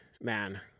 man